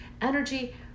energy